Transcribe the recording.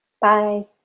Bye